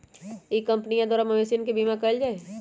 ई कंपनीया द्वारा मवेशियन के बीमा कइल जाहई